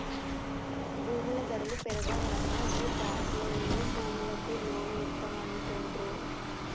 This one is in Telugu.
భూముల ధరలు పెరుగాల్ననా గీ బాంకులోల్లు భూములకు లోన్లిత్తమంటుండ్రు